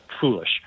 foolish